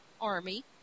army